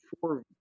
four